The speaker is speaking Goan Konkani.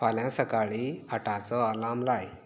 फाल्यां सकाळीं आठाचो अलार्म लाय